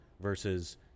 versus